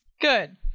Good